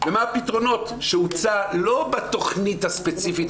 ומה הפתרונות שהוצעו לא בתכנית הספציפית